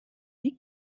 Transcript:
die